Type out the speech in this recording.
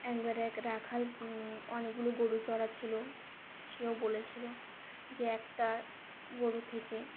একবার এক রাখাল অনেকগুলো গরু চড়াচ্ছিল সেও বলেছিল যে একটা গরু থেকে